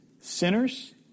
sinners